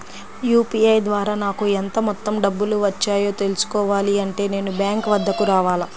UPI ద్వారా నాకు ఎంత మొత్తం డబ్బులు వచ్చాయో తెలుసుకోవాలి అంటే నేను బ్యాంక్ వద్దకు రావాలా?